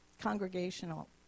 congregational